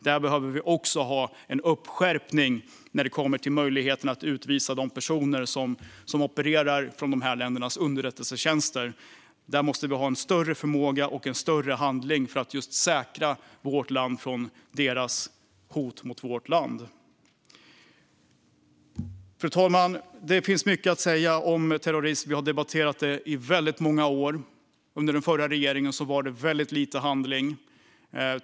Vi behöver ha en skärpning när det gäller möjligheten att utvisa de personer som opererar för dessa länders underrättelsetjänster. Vi måste ha större förmåga att säkra vårt land från dessa länders hot. Fru talman! Det finns mycket att säga om terrorism. Vi har debatterat detta under väldigt många år. Under den förra regeringen var det väldigt lite handling.